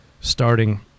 starting